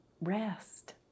rest